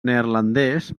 neerlandès